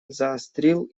заострил